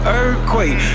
earthquake